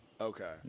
Okay